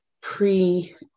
pre